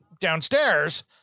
downstairs